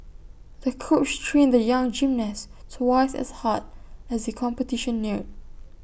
the coach trained the young gymnast twice as hard as the competition neared